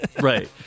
right